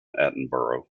attenborough